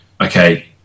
okay